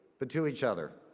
but to each other.